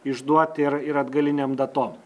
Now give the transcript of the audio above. išduot ir ir atgalinėm datom